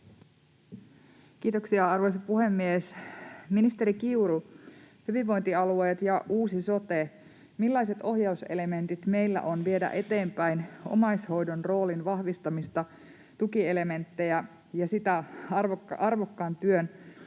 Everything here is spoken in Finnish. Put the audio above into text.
Kiitoksia, arvoisa puhemies! Ministeri Kiuru, hyvinvointialueet ja uusi sote: millaiset ohjauselementit meillä on viedä eteenpäin omaishoidon roolin vahvistamista, tukielementtejä ja sitä arvokkaan työn